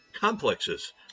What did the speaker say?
complexes